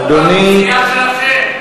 אדוני, תטפלו באוכלוסייה שלכם.